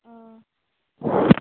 اۭں